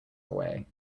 away